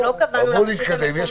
בואי נתקדם.